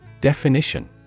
definition